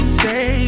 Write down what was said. say